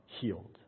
healed